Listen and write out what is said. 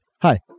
Hi